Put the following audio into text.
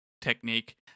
technique